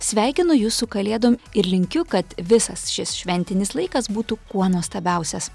sveikinu jus su kalėdom ir linkiu kad visas šis šventinis laikas būtų kuo nuostabiausias